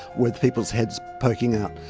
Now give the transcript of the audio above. with people's heads poking out.